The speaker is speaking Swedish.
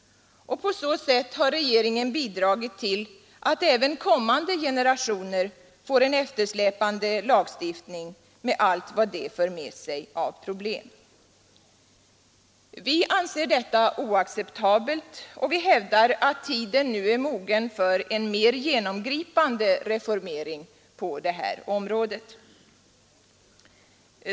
På så sätt har regeringen bidragit till att även kommande generationer får en eftersläpande lagstiftning med allt vad det för med sig av problem. Vi anser detta oacceptabelt och hävdar att tiden nu är mogen för en mer genomgripande reformering på detta område.